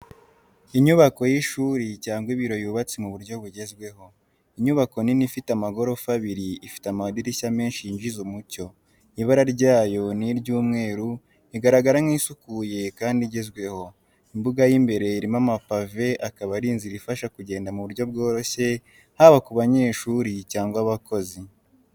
Inyubako y’ishuri cyangwa ibiro yubatse mu buryo bugezweho. Inyubako nini ifite amagorofa abiri ifite amadirishya menshi yinjiza umucyo. Ibara ryayo ni ry'umweru igaragara nk'isukuye kandi igezweho. mbuga y’imbere irimo amapa akaba ari inzira ifasha kugenda mu buryo bworoshye haba ku banyeshuri cyangwa abakozi.